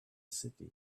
city